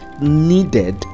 needed